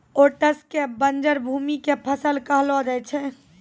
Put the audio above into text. oats कॅ बंजर भूमि के फसल कहलो जाय छै